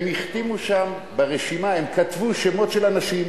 הם החתימו שם, ברשימה, הם כתבו שמות של אנשים,